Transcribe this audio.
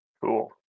Cool